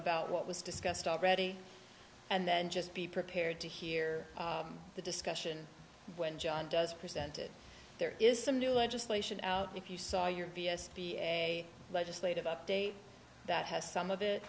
about what was discussed already and then just be prepared to hear the discussion when john does present it there is some new legislation if you saw your v s p a legislative update that has some of it